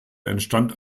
entstand